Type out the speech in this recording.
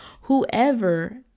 whoever